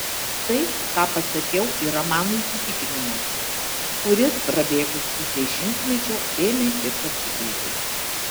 tai ką pasakiau yra mano įsitikinimas kuris prabėgus pusei šimtmečio ėmė ir pasikeitė